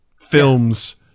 films